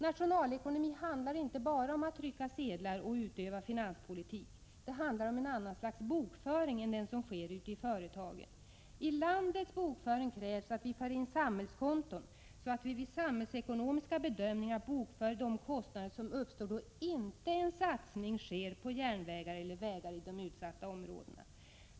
Nationalekonomi handlar inte bara om att trycka sedlar och utöva finanspolitik. Det handlar om ett helt annat slags bokföring än den som sker ute i företagen. I landets bokföring krävs att vi för in samhällskonton, så att vi vid samhällsekonomiska bedömningar bokför de kostnader som uppstår då inte en satsning sker på järnvägar eller vägar i de utsatta områdena.